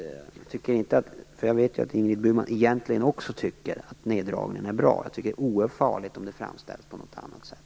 Jag vet ju att Ingrid Burman egentligen också tycker att neddragningen är bra. Därför tycker jag att det är oerhört farligt om det framställs på något annat sätt.